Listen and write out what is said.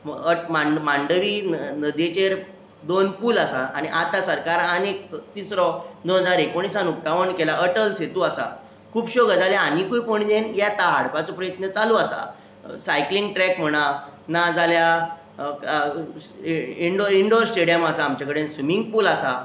अट मांडवी न नदीचेर दोन पूल आसा आतां सरकार आनी एक तिसरो दोन हजार एकोणिसान उक्तावण केलां अटल सेतू आसा खुबश्यो गजाली आनीकूय पणजेन येता हाडपाचो प्रयत्न चालू आसा सायक्लींग ट्रेक म्हणा नाजाल्या इंडो स्टेडीयम आसा आमचे कडेन स्विमींग पूल आसा